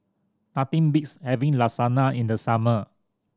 nothing beats having Lasagna in the summer